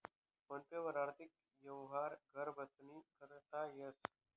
phone पे वरी आर्थिक यवहार घर बशीसन करता येस